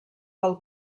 pel